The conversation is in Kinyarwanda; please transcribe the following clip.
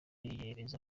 yemeza